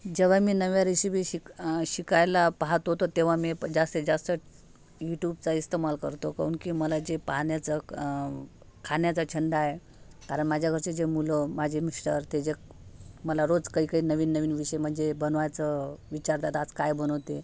जेव्हा मी नव्या रेसिपी शिक शिकायला पाहतो तर तेव्हा मी जास्तीतजास्त यूटूबचा इस्तमाल करतो काहून की मला जे पाण्याचा खाण्याचा छंद आहे कारण माझ्या घरचे जे मुलं माझे मिस्टर ते जे मला रोज काहीकाही नवीननवीन विषय म्हणजे बनवायचं विचारतात आज काय बनवते